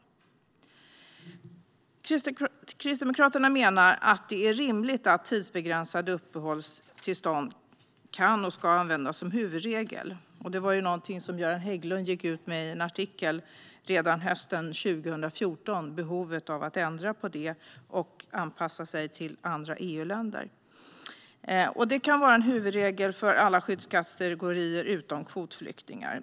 Kristdemokraterna menar att det är rimligt att tidsbegränsade uppehållstillstånd kan och ska användas som huvudregel, och behovet av en ändring och anpassning till andra EU-länder var något som Göran Hägglund gick ut med i en artikel redan hösten 2014. Det kan vara en huvudregel för alla skyddskategorier utom kvotflyktingar.